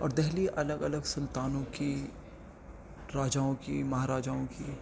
اور دہلی الگ الگ سلطانوں کی راجاؤں کی مہا راجاؤں کی